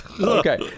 Okay